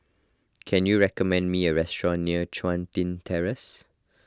can you recommend me a restaurant near Chun Tin Terrace